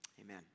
Amen